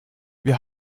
wir